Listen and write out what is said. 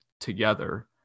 together